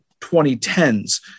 2010s